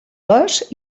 les